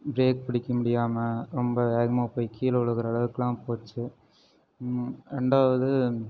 break பிடிக்க முடியாமல் ரொம்ப வேகமாக போய் கீழே விழுகுற அளவுக்கெலாம் போச்சு ஒன்று ரெண்டாவது